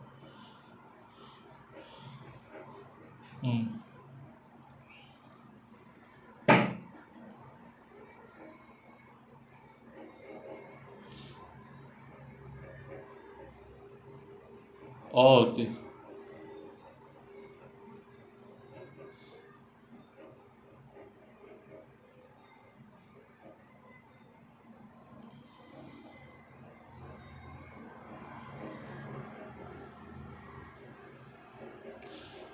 mm oh that